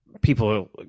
people